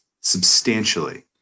substantially